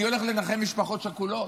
אני הולך לנחם משפחות שכולות.